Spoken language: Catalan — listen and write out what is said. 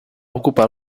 ocupar